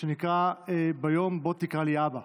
שנקרא "ביום בו תקרא לי אבא".